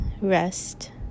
rest